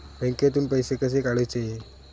बँकेतून पैसे कसे काढूचे?